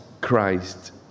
Christ